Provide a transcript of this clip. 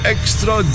Extra